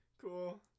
cool